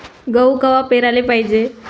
गहू कवा पेराले पायजे?